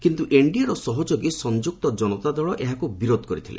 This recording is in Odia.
କିନ୍ତୁ ଏନ୍ଡିଏର ସହଯୋଗୀ ସଂଯୁକ୍ତ ଜନତା ଦଳ ଏହାକୁ ବିରୋଧ କରିଥିଲେ